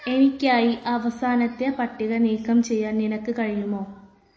എനിക്കായി അവസാനത്തെ പട്ടിക നീക്കം ചെയ്യാൻ നിനക്ക് കഴിയുമോ